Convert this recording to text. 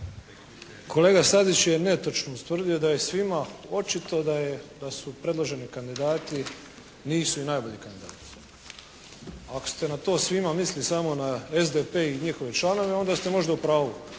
Kolega Stazić je netočno ustvrdio da je svima očito da je, da su predloženi kandidati nisu i najbolji kandidati. Ako ste na to svima mislili samo na SDP i njihove članove onda ste možda u pravu.